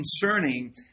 concerning